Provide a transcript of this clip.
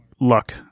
luck